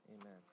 amen